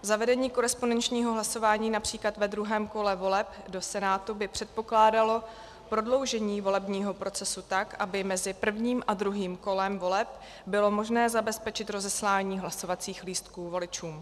Zavedení korespondenčního hlasování např. ve druhém kole voleb do Senátu by předpokládalo prodloužení volebního procesu tak, aby mezi prvním a druhým kolem voleb bylo možné zabezpečit rozeslání hlasovacích lístků voličům.